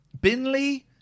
Binley